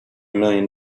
million